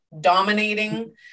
dominating